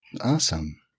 Awesome